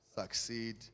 succeed